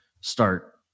start